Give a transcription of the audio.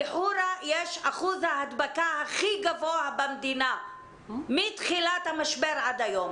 בחורה יש את אחוז ההדבקה הכי גדול במדינה מתחילת המשבר עד היום.